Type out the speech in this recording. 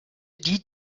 die